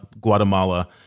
Guatemala